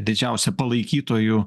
didžiausia palaikytojų